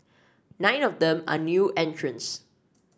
nine of them are new entrants